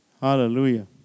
Hallelujah